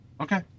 Okay